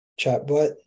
chatbot